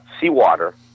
seawater